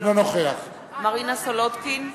אינו נוכח מרינה סולודקין,